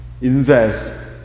invest